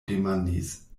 demandis